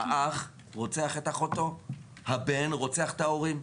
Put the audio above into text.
האח רוצח את אחותו, הבן רוצח את ההורים.